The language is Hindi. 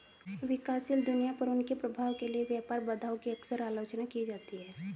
विकासशील दुनिया पर उनके प्रभाव के लिए व्यापार बाधाओं की अक्सर आलोचना की जाती है